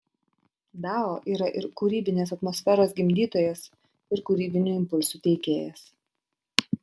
dao yra ir kūrybinės atmosferos gimdytojas ir kūrybinių impulsų teikėjas